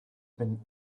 been